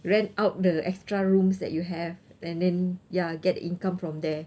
rent out the extra rooms that you have and then ya get income from there